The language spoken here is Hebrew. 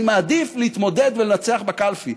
אני מעדיף להתמודד ולנצח בקלפי,